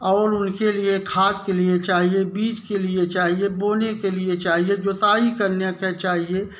और उनके लिए खाद के लिए चाहिए बीज के लिए चाहिए बोने के लिए चाहिए जुताई करने के चाहिए